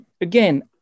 again